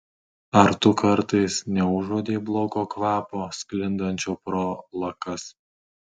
ar tu kartais neužuodei blogo kvapo sklindančio pro lakas